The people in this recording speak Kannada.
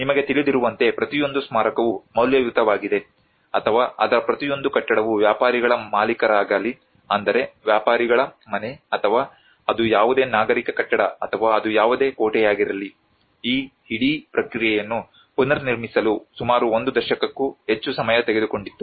ನಿಮಗೆ ತಿಳಿದಿರುವಂತೆ ಪ್ರತಿಯೊಂದು ಸ್ಮಾರಕವು ಮೌಲ್ಯಯುತವಾಗಿದೆ ಅಥವಾ ಅದರ ಪ್ರತಿಯೊಂದು ಕಟ್ಟಡವು ವ್ಯಾಪಾರಿಗಳ ಮಾಲೀಕರಾಗಲಿ ಅಂದರೆ ವ್ಯಾಪಾರಿಗಳ ಮನೆ ಅಥವಾ ಅದು ಯಾವುದೇ ನಾಗರಿಕ ಕಟ್ಟಡ ಅಥವಾ ಅದು ಯಾವುದೇ ಕೋಟೆಯಾಗಿರಲಿ ಈ ಇಡೀ ಪ್ರಕ್ರಿಯೆಯನ್ನು ಪುನರ್ನಿರ್ಮಿಸಲು ಸುಮಾರು ಒಂದು ದಶಕಕ್ಕೂ ಹೆಚ್ಚು ಸಮಯ ತೆಗೆದುಕೊಂಡಿತು